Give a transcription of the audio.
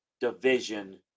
division